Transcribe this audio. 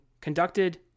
conducted